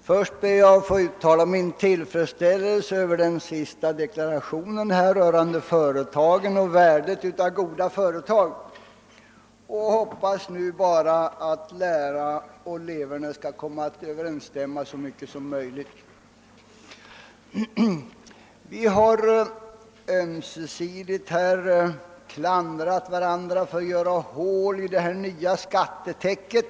Först ber. jag att få uttala min tillfredsställelse över finansministerns deklaration rörande företagen och värdet av goda företag. Jag hoppas nu bara att lära och leverne skall komma att överensstämma. Alla har ömsesidigt klandrat varandra för att göra hål i det nya skattetäcket.